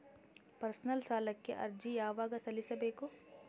Personal ಸಾಲಕ್ಕೆ ಅರ್ಜಿ ಯವಾಗ ಸಲ್ಲಿಸಬೇಕು?